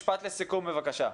בבקשה.